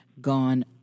gone